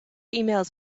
emails